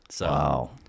Wow